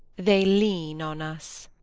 they lean on us.